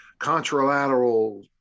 contralateral